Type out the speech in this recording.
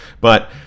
But-